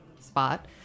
spot